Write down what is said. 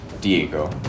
Diego